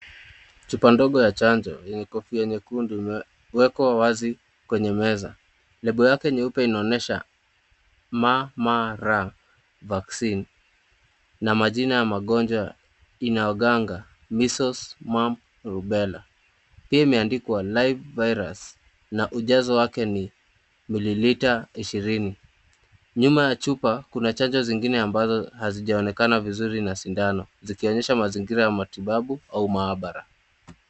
Chupa ndogo ya chanjo, yenye kofia nyekundu, imeekwa wazi kwenye meza. Label yake nyeupe inaonyesha MMR vaccine, na majina ya magonjwa inayoganga measles, mumps, rubella . Pia imeandikwa live virus na ujazo wake ni mililiter ishirini. Nyuma ya chupa kuna chanjo zingine ambazo hazionekani vizuri na sindano, zikianyesha mazingiria ya matibabu au maabara.